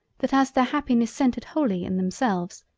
that as their happiness centered wholly in themselves,